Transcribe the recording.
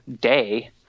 day